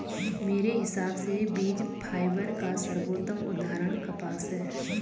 मेरे हिसाब से बीज फाइबर का सर्वोत्तम उदाहरण कपास है